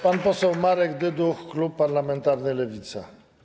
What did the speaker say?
Pan poseł Marek Dyduch, klub parlamentarny Lewica.